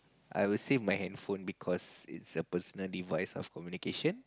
I would save my handphone because it's a personal device of communication